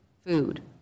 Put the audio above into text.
food